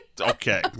Okay